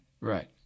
Right